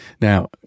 Now